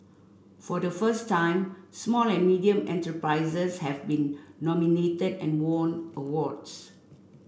for the first time small and medium enterprises have been nominated and won awards